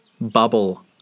bubble